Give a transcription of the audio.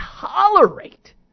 tolerate